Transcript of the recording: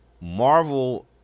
Marvel